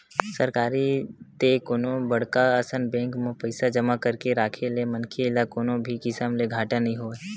सरकारी ते कोनो बड़का असन बेंक म पइसा जमा करके राखे ले मनखे ल कोनो भी किसम ले घाटा नइ होवय